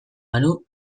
banu